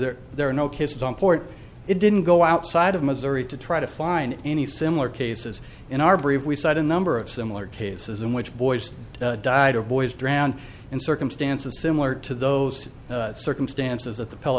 that there are no kisses on port it didn't go outside of missouri to try to find any similar cases in our brief we cite a number of similar cases in which boys died of boys drowned in circumstances similar to those circumstances of the pill